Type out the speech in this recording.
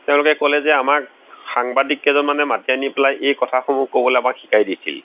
তেওঁলোকে ক'লে যে আমাক সাংবাদিক কেইজনমানে মাতি আনি পেলাই এই কথাসমূহ ক'বলৈ আমাক শিকাই দিছিল